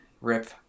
rip